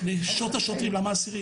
נשות השוטרים, למה אסירים?